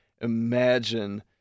imagine